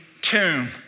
tomb